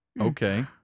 Okay